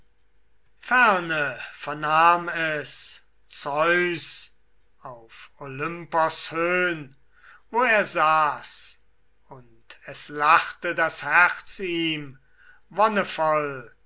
ferne vernahm es zeus auf olympos höhn wo er saß und es lachte das herz ihm warum